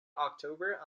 october